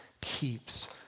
keeps